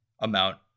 amount